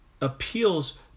appeals